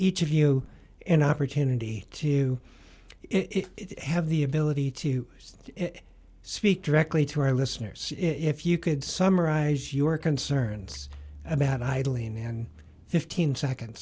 each of you in an opportunity to have the ability to speak directly to our listeners if you could summarize your concerns about either lean in fifteen seconds